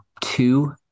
two